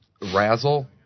razzle